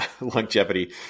longevity